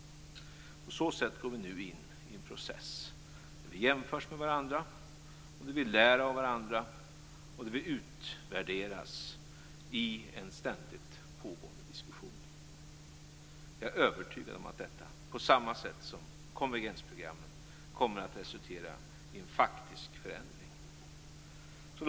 På så sätt går vi nu in i en process där vi jämförs med varandra, där vi lär av varandra och där vi utvärderas i en ständigt pågående diskussion. Jag är övertygad om att detta, på samma sätt som konvergensprogrammen, kommer att resultera i en faktisk förändring.